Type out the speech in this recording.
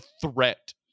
threat